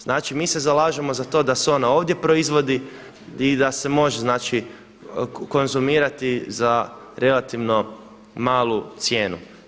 Znači mi se zalažemo za to da se ona ovdje proizvodi i da se može, znači konzumirati za relativno malu cijenu.